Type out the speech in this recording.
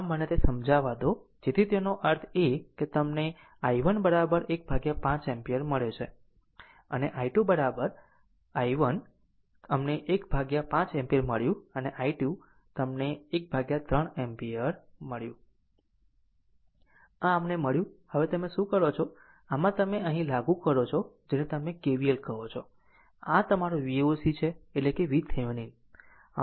આમ મને તે સમજાવા દો જેથી તેનો અર્થ એ કે તમને i1 15 એમ્પીયર મળ્યો અને i2 કહો i1 અમને 15 એમ્પીયર મળ્યું અને i2 તમને 13 એમ્પીયર મળ્યું આ અમને મળ્યું હવે તમે શું કરો છો આમાં તમે અહીં લાગુ કરો છો જેને તમે KVL કહો છો આ તમારી Voc છે એટલે VThevenin